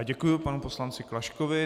Děkuji panu poslanci Klaškovi.